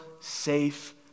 safe